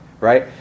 Right